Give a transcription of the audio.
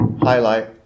highlight